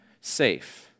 safe